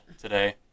today